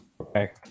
Okay